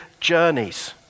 journeys